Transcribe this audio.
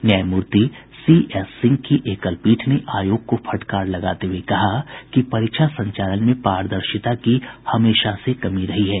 न्यायामूर्ति चक्रधारी शरण सिंह की एकल पीठ ने आयोग को फटकार लगाते हुये कहा कि परीक्षा संचालन में पारदर्शिता की हमेशा से कमी रही है